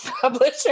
publisher